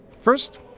First